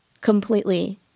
completely